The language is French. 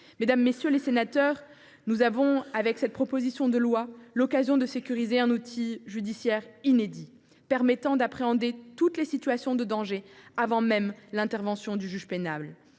Mesdames, messieurs les sénateurs, cette proposition de loi nous offre l’occasion de sécuriser un outil judiciaire inédit permettant d’appréhender toutes les situations de danger avant même l’intervention du juge pénal.